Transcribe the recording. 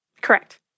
Correct